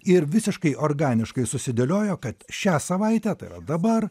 ir visiškai organiškai susidėliojo kad šią savaitę tai yra dabar